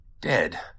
dead